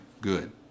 good